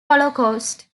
holocaust